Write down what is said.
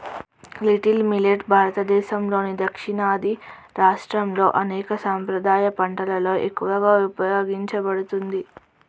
little millet భారతదేసంలోని దక్షిణాది రాష్ట్రాల్లో అనేక సాంప్రదాయ పంటలలో ఎక్కువగా ఉపయోగించబడుతుంది